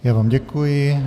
Já vám děkuji.